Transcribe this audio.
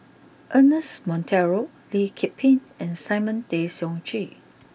Ernest Monteiro Lee Kip Lin and Simon Tay Seong Chee